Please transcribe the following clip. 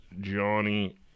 Johnny